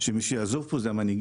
זה שמי שיעזוב פה זה המנהיגים.